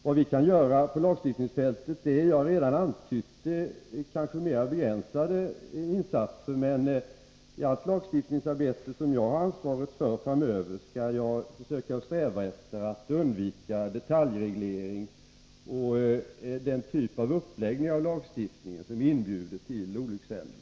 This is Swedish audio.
Vad vi kan göra på lagstiftningsfältet — jag har redan antytt det — är kanske mer begränsade insatser, men i allt lagstiftningsarbete som jag har ansvaret för framöver skall jag försöka sträva efter att undvika detaljreglering och den typ av uppläggning av lagstiftningen som inbjuder till olyckshändelser.